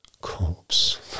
corpse